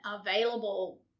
available